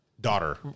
Daughter